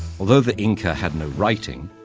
although the inca had no writing,